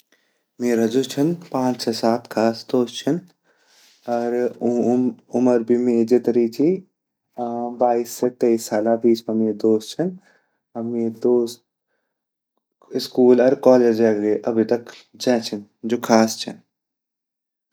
मेरा जु छिन पाँच से सात ख़ास दोस्त छिन अर ऊंगी उम्र भी मेरी जतरी ची बाइस सी तीन साला भीच मा मेरा दोस्त छिन अर मेरा दोस्त स्कूल अर कॉलेजा गे ही अभी तक छे छिन जू ख़ास छिन।